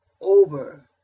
over